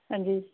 ਹਾਂਜੀ